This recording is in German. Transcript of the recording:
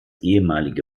ehemalige